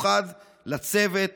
בזה, ואני רוצה להודות במיוחד לצוות